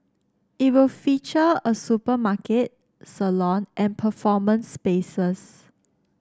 it will feature a supermarket salon and performance spaces